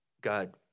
God